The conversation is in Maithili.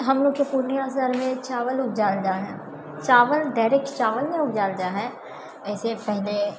हमलोगके पुर्णिया शहरमे चावल उपजायल जाइ है चावल डायरेक्ट चावल नहि उपजायल जाइ है अइसँ पहिले